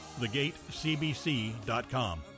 thegatecbc.com